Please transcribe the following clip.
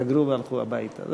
וסגרו והלכו הביתה.